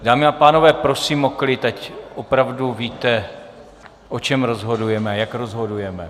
Dámy a pánové, prosím o klid, ať opravdu víte, o čem rozhodujeme, jak rozhodujeme.